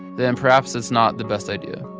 then perhaps it's not the best idea